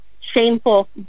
shameful